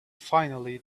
finally